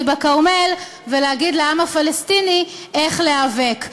בכרמל ולהגיד לעם הפלסטיני איך להיאבק.